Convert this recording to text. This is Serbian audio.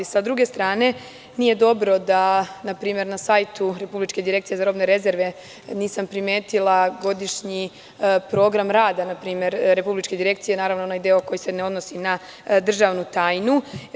Sa druge strane, nije dobro, recimo, da na sajtu Republičke direkcije za robne rezerve nisam primetila godišnji program rada Republičke direkcije, naravno na onaj deo koji se ne odnosi na državnu tajnu.